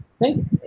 Thank